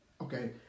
okay